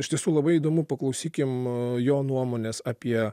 iš tiesų labai įdomu paklausykim jo nuomonės apie